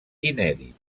inèdit